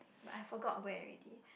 but I forgot where already